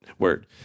Word